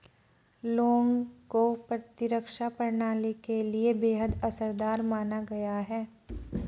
लौंग को प्रतिरक्षा प्रणाली के लिए बेहद असरदार माना गया है